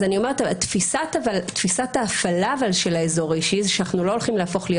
אבל תפיסת ההפעלה של האזור האישי היא שאנחנו לא הולכים להפוך להיות